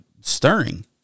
stirring